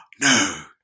no